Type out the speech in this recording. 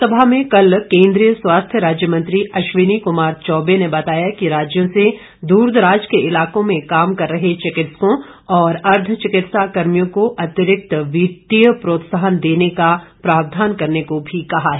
लोकसभा में कल केंद्रीय स्वास्थ्य राज्य मंत्री अश्विनी कुमार चौबे ने बताया कि राज्यों से दूर दराज के इलाकों में काम कर रहे चिकित्संकों और अर्ध चिकित्सा कर्मियों को अतिरिक्त वित्तीय प्रोत्साहन देने को भी प्रावधान करने को भी कहा है